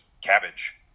cabbage